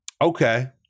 Okay